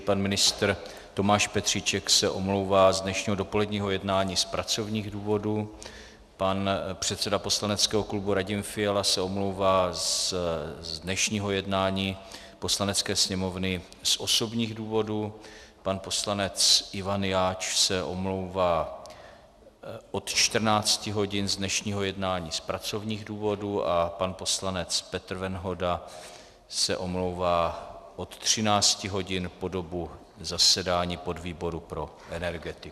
Pan ministr Tomáš Petříček se omlouvá z dnešního dopoledního jednání z pracovních důvodů, pan předseda poslaneckého klubu Radim Fiala se omlouvá z dnešního jednání Poslanecké sněmovny z osobních důvodů, pan poslanec Ivan Jáč se omlouvá od 14 hodin z dnešního jednání z pracovních důvodů a pan poslanec Petr Venhoda se omlouvá od 13 hodin po dobu zasedání podvýboru pro energetiku.